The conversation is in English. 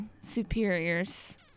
superiors